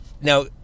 now